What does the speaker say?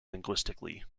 linguistically